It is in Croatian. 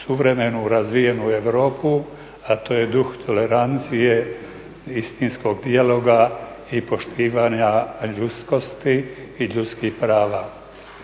suvremenu razvijenu Europu a to je duh tolerancije, istinskog dijaloga i poštivanja ljudskosti i ljudskih prava.